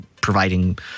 providing